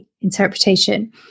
interpretation